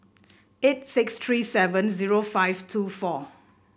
eight six three seven zero five two four